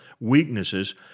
weaknesses